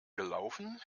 gelaufen